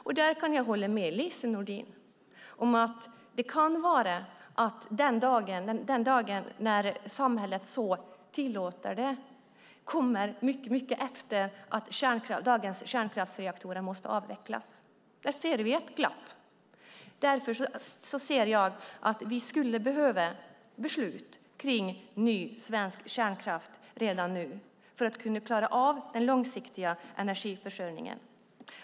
Jag kan hålla med Lise Nordin om att den dag då samhället tillåter en avveckling kommer långt efter det att dagens kärnkraftsreaktorer måste avvecklas. Där ser vi ett glapp. Jag inser att vi skulle behöva beslut om ny svensk kärnkraft redan nu för att kunna klara av den långsiktiga energiförsörjningen.